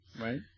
Right